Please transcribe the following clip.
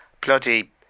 bloody